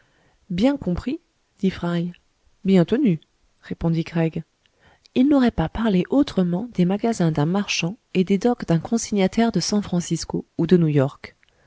bien compris dit fry bien tenu répondit craig ils n'auraient pas parlé autrement des magasins d'un marchand et des docks d'un consignataire de san francisco ou de new york